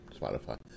Spotify